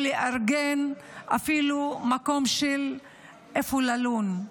או לארגן אפילו מקום של איפה ללון.